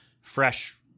fresh